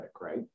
right